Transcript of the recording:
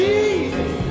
Jesus